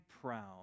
proud